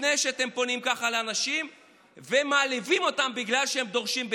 לפני שאתם פונים ככה לאנשים ומעליבים אותם בגלל שהם דורשים,